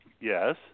Yes